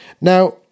Now